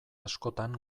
askotan